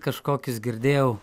kažkokius girdėjau